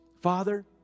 Father